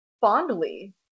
fondly